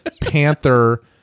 Panther